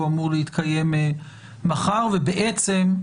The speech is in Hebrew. הוא אמור להתקיים מחר ובעצם,